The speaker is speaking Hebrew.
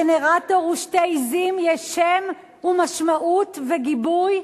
גנרטור ושתי עזים יש שם ומשמעות וגיבוי,